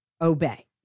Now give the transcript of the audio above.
obey